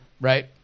Right